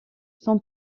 son